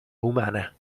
umana